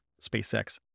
SpaceX